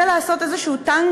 מנסה לעשות איזה טנגו,